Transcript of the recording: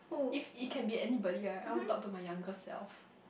if it can be anybody right I want to talk to my younger self